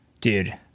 Dude